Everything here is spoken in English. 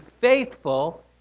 faithful